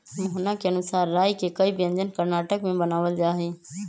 मोहना के अनुसार राई के कई व्यंजन कर्नाटक में बनावल जाहई